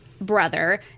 brother